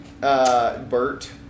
Bert